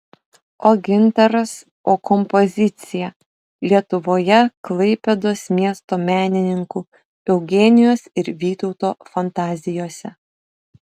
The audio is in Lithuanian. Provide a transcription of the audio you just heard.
o gintaras o kompozicija lietuvoje klaipėdos miesto menininkų eugenijos ir vytauto fantazijose